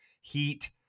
Heat